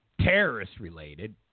terrorist-related